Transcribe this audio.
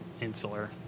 insular